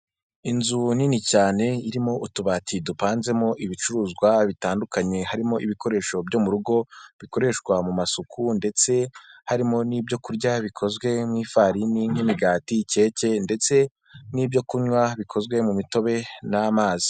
Inzu nini cyane irimo utubati dupanzemo ibicuruzwa bitandukanye harimo ibikoresho byo mu rugo bikoreshwa mu masuku ndetse harimo n'ibyokurya bikozwe mu ifarini, imigati, keke ndetse n'ibyokunywa bikozwe mu mitobe n'amazi.